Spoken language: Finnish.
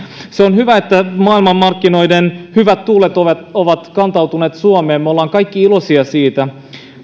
on hyvä että maailmanmarkkinoiden hyvät tuulet ovat ovat kantautuneet suomeen me olemme kaikki iloisia siitä